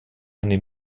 eine